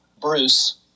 Bruce